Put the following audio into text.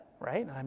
right